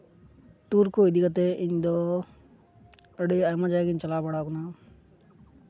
tour ᱠᱚ ᱤᱫᱤ ᱠᱟᱛᱮᱫ ᱤᱧᱫᱚ ᱟᱹᱰᱤ ᱟᱭᱢᱟ ᱡᱟᱭᱜᱟᱧ ᱪᱟᱞᱟᱣ ᱵᱟᱲᱟᱣ ᱠᱟᱱᱟ